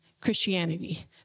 Christianity